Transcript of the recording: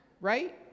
right